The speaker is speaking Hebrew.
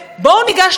בואו ניגש לזה,